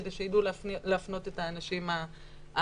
כדי שידעו להפנות את האנשים המתאימים,